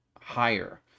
higher